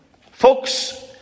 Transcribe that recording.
Folks